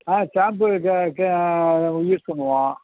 ஆ shampoo க க use பண்ணுவோம்